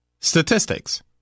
statistics